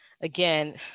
again